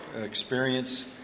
experience